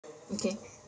okay